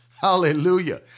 Hallelujah